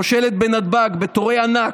כושלת בנתב"ג בתורי ענק,